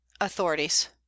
Authorities